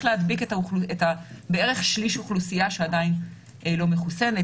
להדביק את כשליש האוכלוסייה שעדיין לא מחוסנת,